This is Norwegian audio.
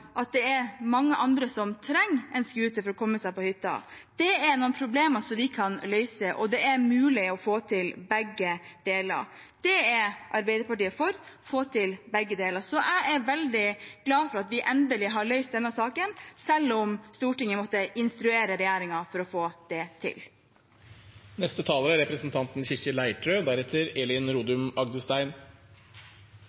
at det er mange andre som trenger en scooter for å komme seg på hytta. Det er noen problemer som vi kan løse, og det er mulig å få til begge deler. Det er Arbeiderpartiet for: å få til begge deler. Så jeg er veldig glad for at vi endelig har løst denne saken, selv om Stortinget måtte instruere regjeringen for å få det til. Dette er